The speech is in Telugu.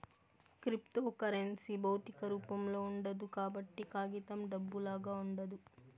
క్రిప్తోకరెన్సీ భౌతిక రూపంలో ఉండదు కాబట్టి కాగితం డబ్బులాగా ఉండదు